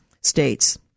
states